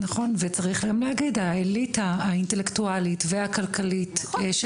נכון וצריך גם להגיד האליטה האינטלקטואלית והכלכלית של